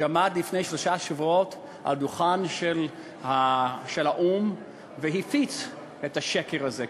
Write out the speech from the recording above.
שעמד לפני שלושה שבועות על הדוכן של האו"ם והפיץ את השקר הזה,